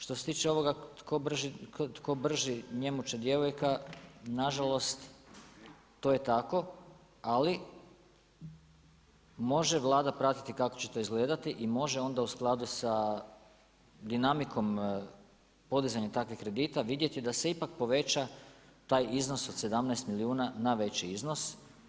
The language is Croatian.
Što se tiče ovoga tko brži njemu će djevojka, nažalost to je tako ali može Vlada pratiti kako će to izgledati i može onda u skladu sa dinamikom podizanja takvih kredita vidjeti da se ipak poveća taj iznos od 17 milijuna na veći iznos.